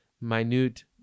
minute